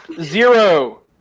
Zero